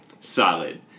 solid